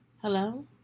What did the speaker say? Hello